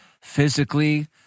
physically